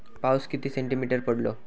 पाऊस किती सेंटीमीटर पडलो?